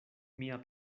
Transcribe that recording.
mia